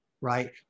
right